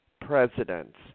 presidents